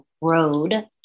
road